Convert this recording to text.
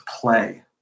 play